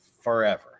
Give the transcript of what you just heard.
forever